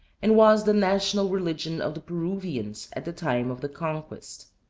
and was the national religion of the peruvians at the time of the conquest.